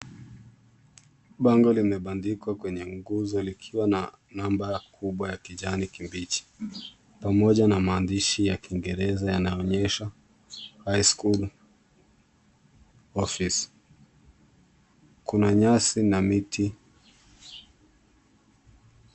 Bango limebandikwa kwenye nguzo likiwa na namba kubwa ya kijani kibichi pamoja na maandishi ya Kiingereza yanaonyesha High School Office . Kuna nyasi na miti.